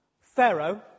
Pharaoh